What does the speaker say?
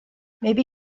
maybe